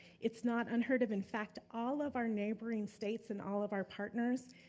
it's not unheard of. in fact, all of our neighboring states and all of our partners,